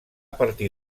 partir